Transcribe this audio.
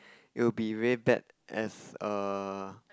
it will be very bad as a